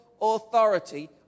authority